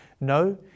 No